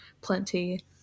plenty